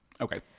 okay